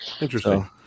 Interesting